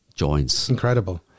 Incredible